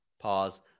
Pause